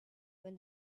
when